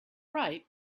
right